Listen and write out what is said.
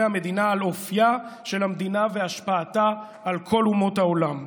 המדינה על אופייה של המדינה והשפעתה על כל אומות העולם.